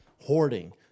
hoarding